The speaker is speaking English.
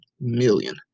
million